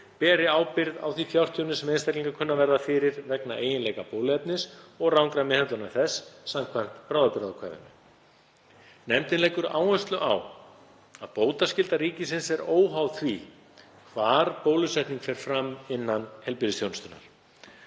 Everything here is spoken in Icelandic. beri ábyrgð á því fjártjóni sem einstaklingar kunna að verða fyrir vegna eiginleika bóluefnis og rangrar meðhöndlunar þess samkvæmt bráðabirgðaákvæðinu. Nefndin leggur áherslu á að bótaskylda ríkisins er óháð því hvar bólusetning fer fram innan heilbrigðisþjónustunnar.